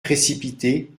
précipité